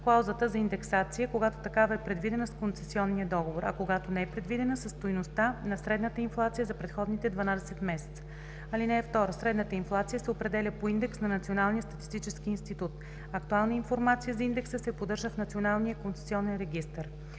клаузата за индексация, когато такава е предвидена с концесионния договор, а когато не е предвидена – със стойността на средната инфлация за предходните 12 месеца. (2) Средната инфлация се определя по индекс на Националния статистически институт. Актуална информация за индекса се поддържа в Националния концесионен регистър.“